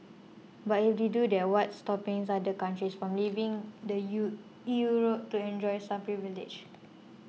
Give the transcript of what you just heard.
but if they do that what's stopping other countries from leaving the U E U to enjoy same privileges